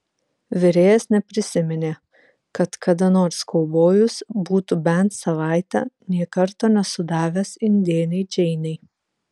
virėjas neprisiminė kad kada nors kaubojus būtų bent savaitę nė karto nesudavęs indėnei džeinei